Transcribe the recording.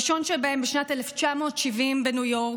הראשון שבהם בשנת 1970 בניו יורק,